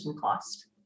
cost